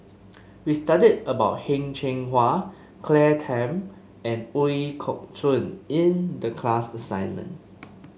we studied about Heng Cheng Hwa Claire Tham and Ooi Kok Chuen in the class assignment